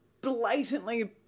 blatantly